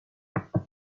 flag